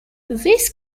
this